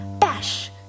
bash